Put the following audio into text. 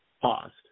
paused